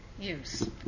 use